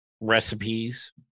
recipes